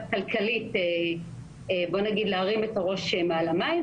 מבחינה כלכלית להרים את הראש מעל המים,